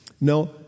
No